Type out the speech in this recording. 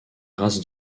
races